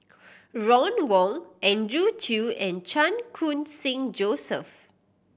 Ron Wong Andrew Chew and Chan Khun Sing Joseph